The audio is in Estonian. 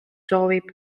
soovib